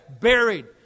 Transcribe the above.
buried